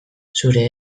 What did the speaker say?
zure